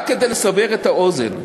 רק כדי לסבר את האוזן: